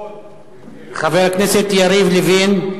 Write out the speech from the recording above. חבר הכנסת יריב לוין,